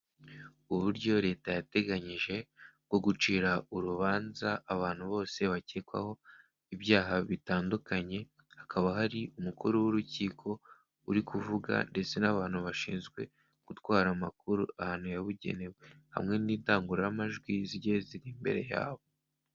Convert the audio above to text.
Uburyo leta yateganyije bwo gucira urubanza abantu bose bakekwaho ibyaha bitandukanye, hakaba hari umukuru w'urukiko uri kuvuga ndetse n'abantu bashinzwe gutwara amakuru ahantu yabugenewe, hamwe n'indangururamajwi zigiye ziri imbere yabo.